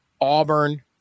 Auburn